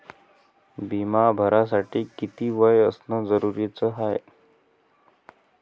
बिमा भरासाठी किती वय असनं जरुरीच हाय?